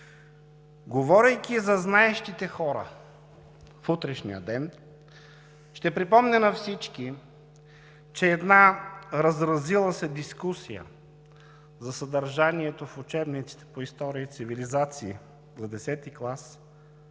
говорейки за знаещите хора в утрешния ден, ще припомня на всички, че една разразила се дискусия за съдържанието в учебниците по история и цивилизации за Х клас